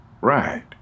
Right